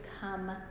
come